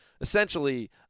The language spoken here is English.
essentially